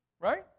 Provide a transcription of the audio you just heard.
Right